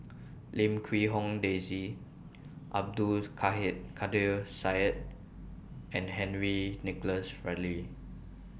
Lim Quee Hong Daisy Abdul Kadir Syed and Henry Nicholas Ridley